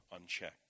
unchecked